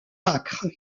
âcre